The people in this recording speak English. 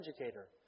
educator